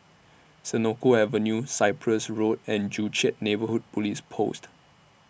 Senoko Avenue Cyprus Road and Joo Chiat Neighbourhood Police Post